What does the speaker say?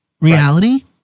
reality